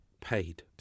paid